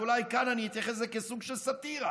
אולי כאן אני אתייחס לזה כאל סוג של סאטירה,